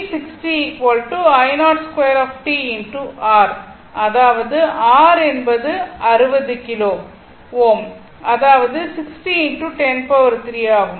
6 அதாவது R என்பது 60 kilo Ω அதாவது ஆகும்